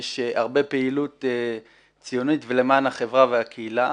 יש הרבה פעילות ציונית ולמען החברה והקהילה.